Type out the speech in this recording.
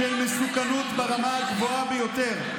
מדובר במקרה של מסוכנות ברמה הגבוהה ביותר,